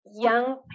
young